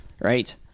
Right